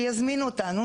שיזמינו אותנו,